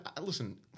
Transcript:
listen